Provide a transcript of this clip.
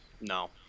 No